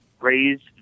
raised